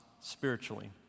spiritually